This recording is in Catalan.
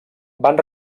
van